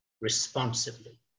responsibly